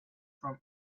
from